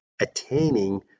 attaining